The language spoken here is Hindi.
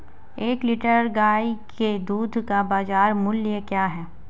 एक लीटर गाय के दूध का बाज़ार मूल्य क्या है?